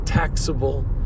taxable